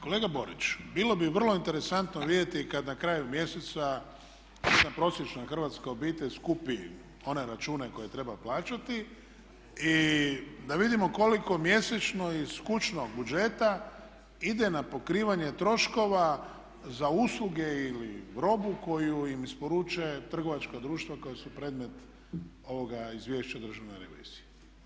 Kolega Borić, bilo bi vrlo interesantno vidjeti kad na kraju mjeseca jedna prosječna hrvatska obitelj skupi one račune koje treba plaćati i da vidimo koliko mjesečno iz kućnog budžeta ide na pokrivanje troškova za usluge ili robu koju im isporuče trgovačka društva koja su predmet ovoga izvješća Državne revizije.